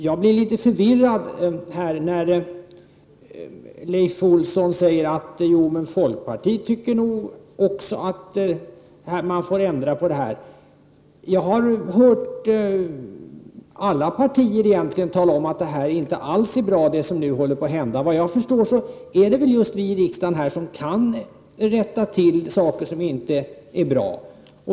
Jag blir litet förvirrad när Leif Olsson säger att folkpartiet också tycker att detta skall — Prot. 1989/90:140 ändras. Jag har egentligen hört alla partier tala om att det som nu håller på — 13 juni 1990 att hända inte alls är bra. Såvitt jag förstår är det vi här i riksdagen som kan rätta till saker som inte är bra.